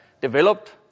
developed